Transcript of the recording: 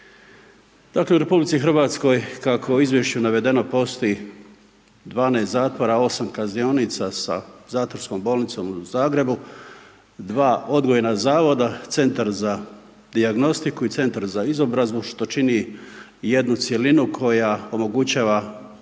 Dakle u RH kako je u izvješću navedeno, postoji 12 zatvora, 8 kaznionica sa zatvorskom bolnicom u Zagrebu, 2 odgojna zavoda, Centar za dijagnostiku i Centar za izobrazbu što čini jednu cjelinu koja omogućava realiziranje